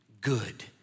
good